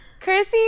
Chrissy